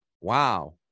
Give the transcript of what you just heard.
wow